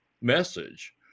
message